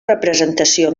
representació